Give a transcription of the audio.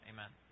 Amen